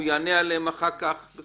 הוא יענה עליהן אחר כך אבל